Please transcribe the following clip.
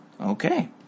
Okay